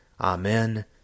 Amen